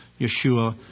Yeshua